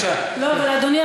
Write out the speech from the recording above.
אבל אדוני,